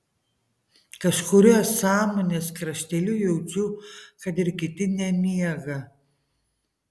kažkuriuo sąmonės krašteliu jaučiu kad ir kiti nemiega